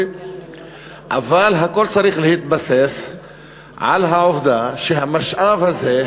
אבל הכול צריך להתבסס על העובדה שהמשאב הזה,